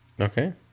okay